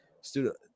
student